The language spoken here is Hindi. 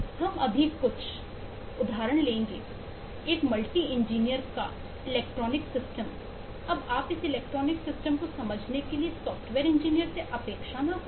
हम अभी कुछ यादृच्छिक उदाहरण लेंगे एक मल्टी इंजीनियर का इलेक्ट्रॉनिक सिस्टम अब आप इस इलेक्ट्रॉनिक सिस्टम को समझने के लिए सॉफ़्टवेयर इंजीनियर से अपेक्षा न करें